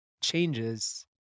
changes